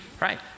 Right